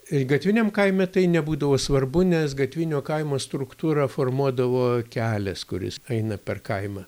gatviniam kaime tai nebūdavo svarbu nes gatvinio kaimo struktūra formuodavo kelias kuris eina per kaimą